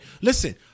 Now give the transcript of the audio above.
Listen